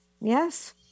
Yes